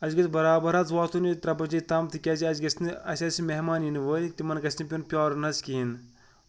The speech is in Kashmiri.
اَسہِ گژھِ برابر حظ واتُن یہِ ترٛےٚ بَجے تام تِکیٛازِ اَسہِ گژھِ نہٕ اَسہِ آسہِ مہمان یِنہٕ وٲلۍ تِمن گژھِ نہٕ پیٚون پیارُن حظ کِہیٖنۍ